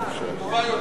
טוב, אוקיי.